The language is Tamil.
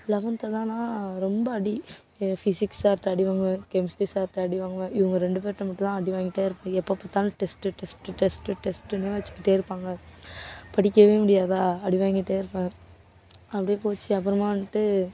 லெவன்த்துலேலாம் ரொம்ப அடி ஃபிசிக்ஸ் சார்கிட்ட அடி வாங்குவேன் கெமிஸ்ட்ரி சார்கிட்ட அடி வாங்குவேன் இவங்க ரெண்டு பேர்கிட்ட மட்டும்தான் அடி வாங்கிகிட்டே இருப்பேன் எப்போ பார்த்தாலும் டெஸ்ட்டு டெஸ்ட்டு டெஸ்ட்டு டெஸ்ட்டுன்னு வச்சுக்கிட்டே இருப்பாங்க படிக்கவே முடியாதா அடி வாங்கிகிட்டே இருப்பேன் அப்படியே போச்சு அப்புறமா வந்துட்டு